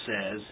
says